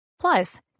Plus